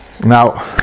Now